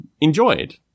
enjoyed